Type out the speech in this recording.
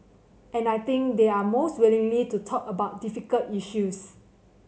and I think they're most willing to talk about difficult issues